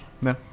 No